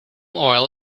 oil